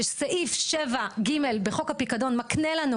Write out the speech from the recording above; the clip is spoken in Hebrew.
שסעיף 7/ג' בחוק הפיקדון מקנה לנו